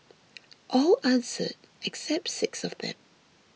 all answered except six of them